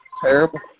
terrible